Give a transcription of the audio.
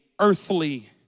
earthly